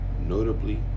notably